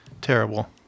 terrible